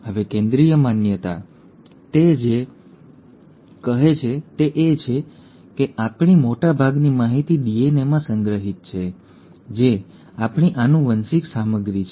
હવે કેન્દ્રીય માન્યતા તે જે કહે છે તે એ છે કે આપણી મોટાભાગની માહિતી DNAમાં સંગ્રહિત છે જે આપણી આનુવંશિક સામગ્રી છે